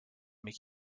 make